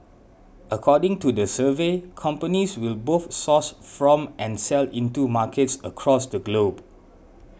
according to the survey companies will both source from and sell into markets across the globe